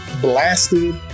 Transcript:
blasted